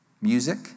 music